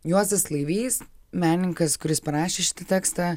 juozas laivys menininkas kuris parašė šitą tekstą